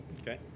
okay